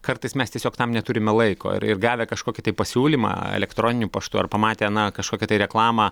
kartais mes tiesiog tam neturime laiko ir ir gavę kažkokį tai pasiūlymą elektroniniu paštu ar pamatę na kažkokią tai reklamą